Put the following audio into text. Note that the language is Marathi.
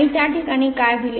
आणि त्या प्रकरणात काय होईल